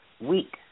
week